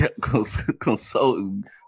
consultant